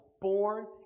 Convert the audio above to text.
born